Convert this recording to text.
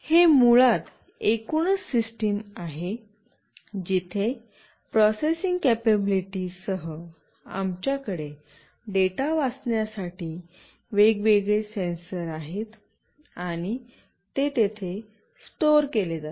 हे मुळात एकूणच सिस्टीम आहे जिथे प्रोसेसिंग कपॅबिलिटी सह आमच्याकडे डेटा वाचण्यासाठी वेगवेगळे सेन्सर आहेत आणि ते येथे स्टोर केले जातील